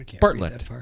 Bartlett